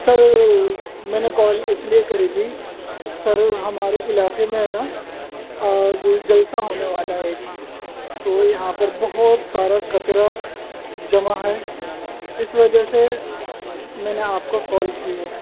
سر میں نے کال اس لیے کری تھی سر ہمارے علاقے میں ہے نا آج جلسہ ہونے والا ایک تو یہاں پر بہت سارا کچرا جمع ہے اس وجہ سے میں نے آپ کو کال کی ہے